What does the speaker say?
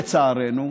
לצערנו,